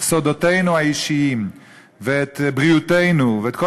סודותינו האישיים ואת בריאותנו ואת כל